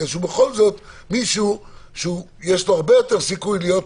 כי בכל זאת זה מישהו שיש לו הרבה יותר סיכוי להיות